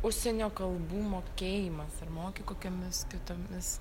užsienio kalbų mokėjimas ar moki kokiomis kitomis